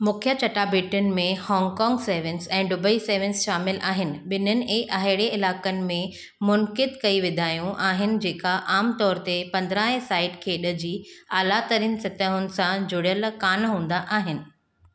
मुख़्य चटाबेटियुनि में Hong Kong sevens ऐं डुबई सेवन्स शामिलु आहिनि ॿिन्हिनि ई अहिड़े इलाकनि में मुनकिद कई विदायूं आहिनि जेका आम तौर ते पंद्रहं ए साइड खेॾ जी आलातरीन सतहुनि सां जुड़ियलु कोन हूंदा आहिनि